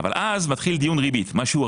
אבל אז מתחיל דיון על ריבית ההלוואה.